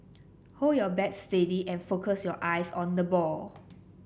hold your bat steady and focus your eyes on the ball